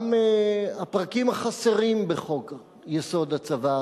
גם הפרקים החסרים בחוק-יסוד: הצבא,